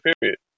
period